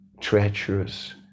treacherous